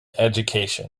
education